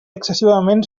excessivament